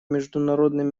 международным